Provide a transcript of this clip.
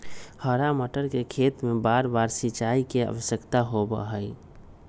हरा मटर के खेत में बारबार सिंचाई के आवश्यकता होबा हई